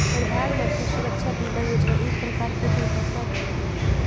प्रधान मंत्री सुरक्षा बीमा योजना एक प्रकार के दुर्घटना बीमा हई